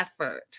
effort